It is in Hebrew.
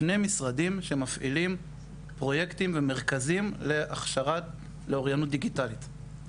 שני משרדים שמפעילים פרויקטים ומרכזים להכשרה לאוריינות דיגיטלית,